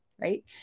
right